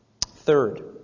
Third